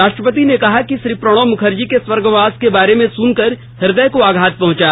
राष्ट्रपति ने कहा कि श्री प्रणब मुखर्जी के स्वर्गवास के बारे में सुनकर हृदय को आघात पहुंचा